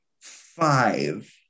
Five